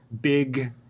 big